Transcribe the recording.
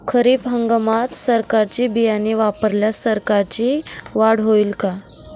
खरीप हंगामात सरकीचे बियाणे वापरल्यास सरकीची वाढ होईल का?